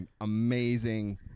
amazing